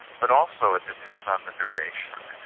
but also it depends on the duration.